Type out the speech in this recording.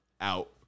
out